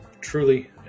Truly